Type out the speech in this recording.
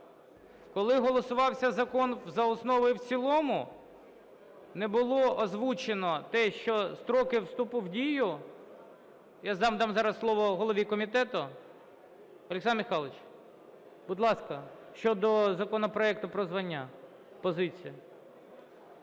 Коли голосувався закон за основу і в цілому, не було озвучено те, що строки вступу в дію… Я зараз дам слово голові комітету. Олександр Михайлович, будь ласка, щодо законопроекту про звання, позиція.